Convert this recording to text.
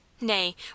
Nay